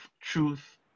truth